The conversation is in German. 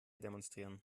demonstrieren